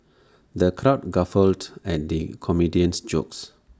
the crowd guffawed at the comedian's jokes